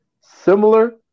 similar